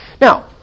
Now